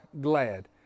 glad